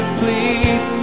please